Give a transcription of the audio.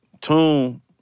tune